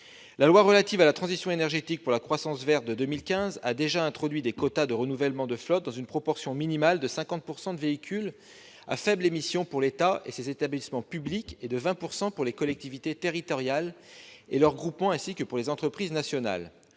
de 2015 relative à la transition énergétique pour la croissance verte a déjà introduit des quotas de renouvellement de flottes dans une proportion minimale de 50 % de véhicules à faibles émissions pour l'État et ses établissements publics et de 20 % pour les collectivités territoriales et leurs groupements, ainsi que pour les entreprises nationales.